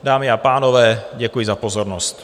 Dámy a pánové, děkuji za pozornost.